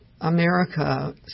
America